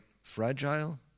fragile